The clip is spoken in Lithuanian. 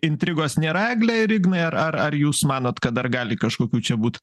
intrigos nėra egle ir ignai ar ar ar jūs manot kad dar gali kažkokių čia būt